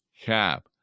cap